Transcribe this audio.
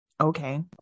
Okay